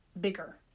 bigger